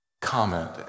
comment